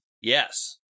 Yes